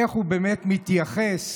איך הוא באמת מתייחס